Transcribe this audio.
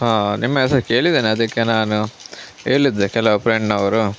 ಹಾಂ ನಿಮ್ಮ ಹೆಸ್ರು ಕೇಳಿದ್ದೇನೆ ಅದಕ್ಕೆ ನಾನು ಕೇಳಿದ್ದೆ ಕೆಲವು ಫ್ರೆಂಡ್ನವರು